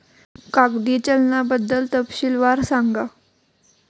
कागदी चलनाबद्दल तपशीलवार सांगा